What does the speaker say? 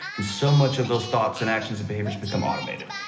and so much of those thoughts and actions and behaviors become automated.